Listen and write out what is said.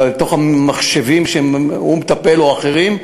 בתוך המחשבים שהוא פועל או אחרים,